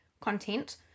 content